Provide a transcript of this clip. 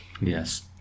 Yes